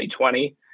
2020